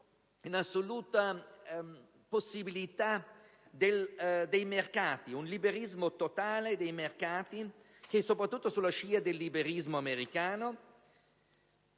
un'assoluta possibilità dei mercati, in un liberismo totale e, soprattutto, sulla scia del liberismo americano